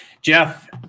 Jeff